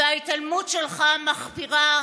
וההתעלמות שלך מחפירה.